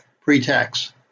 pre-tax